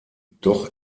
doch